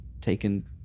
taken